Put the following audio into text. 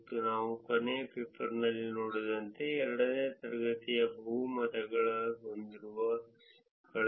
ಮತ್ತು ನಾವು ಕೊನೆಯ ಪೇಪರ್ನಲ್ಲಿ ನೋಡಿದಂತೆ 2 ನೇ ತರಗತಿಯು ಬಹು ಮತಗಳನ್ನು ಹೊಂದಿರುವ ಬಳಕೆದಾರರನ್ನು ಒಳಗೊಂಡಿರುತ್ತದೆ ಇದರಲ್ಲಿ ಯಾವುದೇ ಒಂದು ಸ್ಥಳವು ಎದ್ದು ಕಾಣುವುದಿಲ್ಲ